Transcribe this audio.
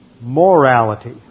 morality